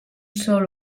sol